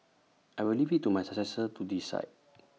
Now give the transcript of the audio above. I will leave IT to my successor to decide